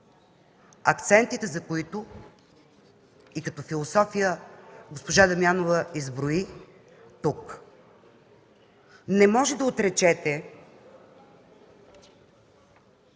акцентите за които и като философия госпожа Дамянова изброи тук. Не можете да отречете,